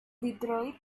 detroit